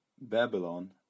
Babylon